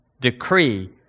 decree